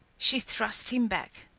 she thrust him back.